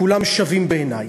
כולם שווים בעיני,